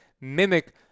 mimic